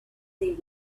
their